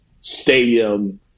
stadium